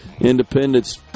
independence